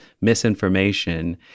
misinformation